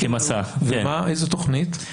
באיזה תכנית?